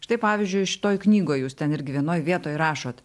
štai pavyzdžiui šitoje knygoje jūs ten irgi vienoje vietoj rašote